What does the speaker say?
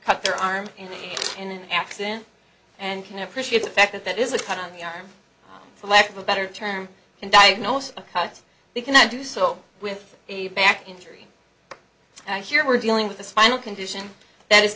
cut their arm in an accident and can appreciate the fact that it is a cut on the arm for lack of a better term and diagnose because they cannot do so with a back injury and here we're dealing with the spinal condition that i